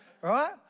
Right